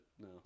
No